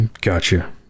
Gotcha